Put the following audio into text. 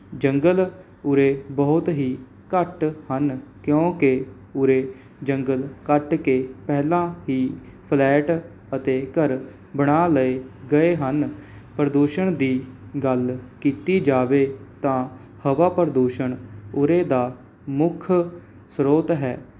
ਜੰਗਲ ਉਰੇ ਬਹੁਤ ਹੀ ਘੱਟ ਹਨ ਕਿਉਂਕਿ ਉਰੇ ਜੰਗਲ ਕੱਟ ਕੇ ਪਹਿਲਾਂ ਹੀ ਫਲੈਟ ਅਤੇ ਘਰ ਬਣਾ ਲਏ ਗਏ ਹਨ ਪ੍ਰਦੂਸ਼ਣ ਦੀ ਗੱਲ ਕੀਤੀ ਜਾਵੇ ਤਾਂ ਹਵਾ ਪ੍ਰਦੂਸ਼ਣ ਉਰੇ ਦਾ ਮੁੱਖ ਸ੍ਰੋਤ ਹੈ